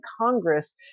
Congress